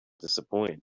disappoint